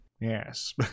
Yes